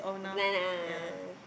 banana ah